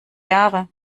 jahre